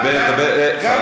דבר, עיסאווי.